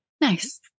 Nice